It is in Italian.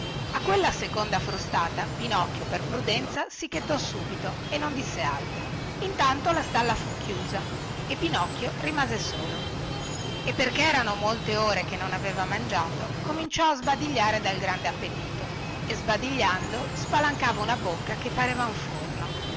a quella seconda frustata pinocchio per prudenza si chetò subito e non disse altro intanto la stalla fu chiusa e pinocchio rimase solo e perché erano molte ore che non aveva mangiato cominciò a sbadigliare dal grande appetito e sbadigliando spalancava una bocca che pareva un forno